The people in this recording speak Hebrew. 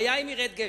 והיה אם ירד גשם,